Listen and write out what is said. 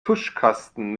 tuschkasten